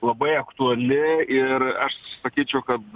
labai aktuali ir aš sakyčiau kad